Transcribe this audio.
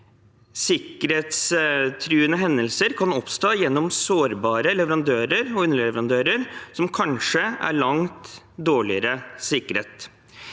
Sikkerhetstruende hendelser kan oppstå gjennom sårbare leverandører og underleverandører som kanskje er langt dårligere sikret.